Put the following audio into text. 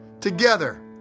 Together